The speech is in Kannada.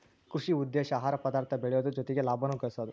ಕೃಷಿ ಉದ್ದೇಶಾ ಆಹಾರ ಪದಾರ್ಥ ಬೆಳಿಯುದು ಜೊತಿಗೆ ಲಾಭಾನು ಗಳಸುದು